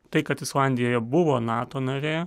tai kad islandija buvo nato narė